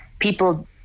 people